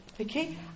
Okay